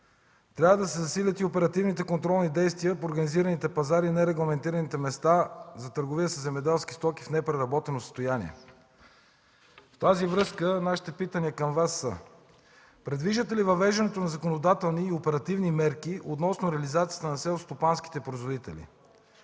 Трябва да се засилят и оперативните контролни действия по организираните пазари и нерегламентираните места за търговия със земеделски стоки в непреработено състояние. В тази връзка нашите питания към Вас са: предвиждате ли въвеждането на законодателни и оперативни мерки относно реализацията на селскостопанските производители,